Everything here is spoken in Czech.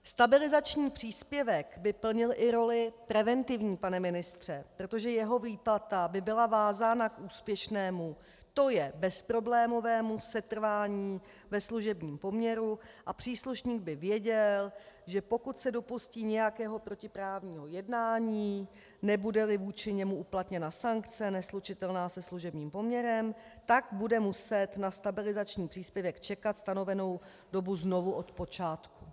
Stabilizační příspěvek by plnil i roli preventivní, pane ministře, protože jeho výplata by byla vázána k úspěšnému, to je bezproblémovému setrvání ve služebním poměru a příslušník by věděl, že pokud se dopustí nějakého protiprávního jednání, nebudeli vůči němu uplatněna sankce neslučitelná se služebním poměrem, tak bude muset na stabilizační příspěvek čekat stanovenou dobu znovu od počátku.